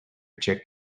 check